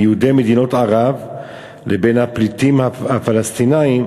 יהודי מדינות ערב לבין הפליטים הפלסטינים.